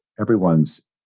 everyone's